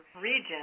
region